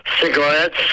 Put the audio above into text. cigarettes